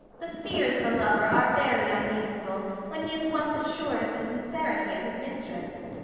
the fears of a lover are very unreasonable, when he is once assured of the sincerity of his mistress,